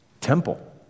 Temple